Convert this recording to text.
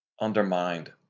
undermined